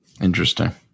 Interesting